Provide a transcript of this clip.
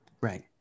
Right